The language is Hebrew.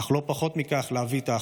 אך לא פחות מכך, להביא את האחדות.